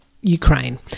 Ukraine